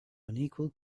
unequal